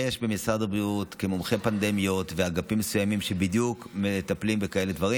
יש במשרד הבריאות מומחי פנדמיות ואגפים מסוימים שמטפלים בכאלה דברים